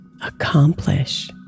accomplish